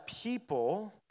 people